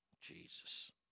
Jesus